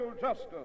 justice